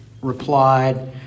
replied